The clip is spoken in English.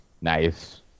Nice